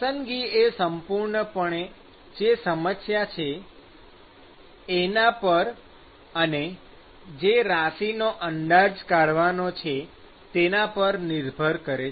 પસંદગી એ સંપૂર્ણપણે જે સમસ્યા છે એના પર અને જે રાશિનો અંદાજ કાઢવાનો છે તેના પર નિર્ભર કરે છે